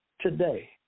today